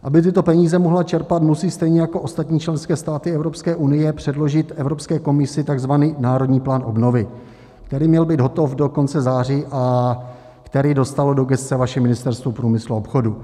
Aby tyto peníze mohla čerpat, musí stejně jako ostatní členské státy Evropské unie předložit Evropské komisi takzvaný národní plán obnovy, který měl být hotov do konce září a který dostalo do gesce vaše Ministerstvo průmyslu a obchodu.